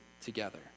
together